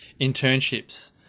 internships